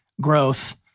growth